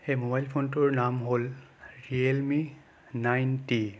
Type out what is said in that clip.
সেই মোবাইল ফোনটোৰ নাম হ'ল ৰিয়েল মি নাইণ্টি